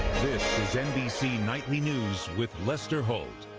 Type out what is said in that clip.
is nbc nightly news with lester holt.